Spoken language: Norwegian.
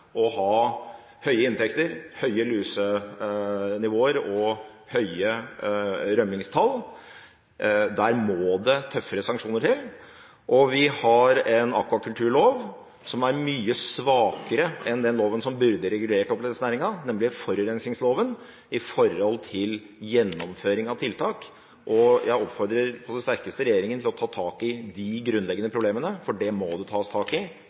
å ha høye inntekter, høye lusenivå og høye rømningstall. Der må det tøffere sanksjoner til. Når det gjelder gjennomføring av tiltak, har vi en akvakulturlov som er mye svakere enn den loven som burde regulert oppdrettsnæringen, nemlig forurensingsloven. Jeg oppfordrer på det sterkeste regjeringen til å ta tak i de grunnleggende problemene, for dem må det tas tak i